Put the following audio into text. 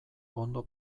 ondo